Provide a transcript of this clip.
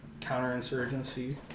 counterinsurgency